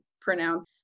pronounce